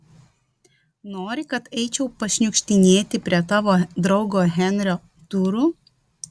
nori kad eičiau pašniukštinėti prie tavo draugo henrio durų